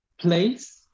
place